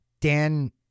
Dan